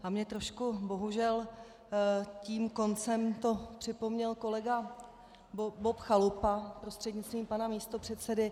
A mě trošku bohužel tím koncem to připomněl kolega Bob Chalupa, prostřednictvím pana místopředsedy.